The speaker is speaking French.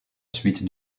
suite